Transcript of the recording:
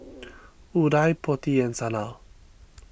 Udai Potti and Sanal